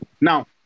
Now